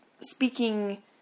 speaking